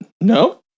no